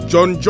John